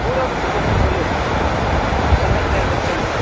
पूर्वमेव दृष्टं खलु सम्यक्तया दृष्टम्